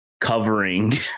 covering